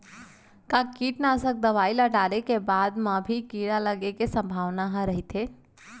का कीटनाशक दवई ल डाले के बाद म भी कीड़ा लगे के संभावना ह रइथे?